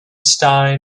sky